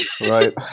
Right